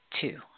two